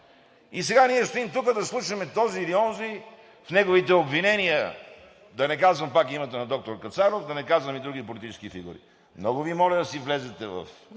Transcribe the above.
и сега ние стоим тук да слушаме този или онзи в неговите обвинения, да не казвам пак името на доктор Кацаров, да не казвам и други политически фигури. Много Ви моля да си влезете в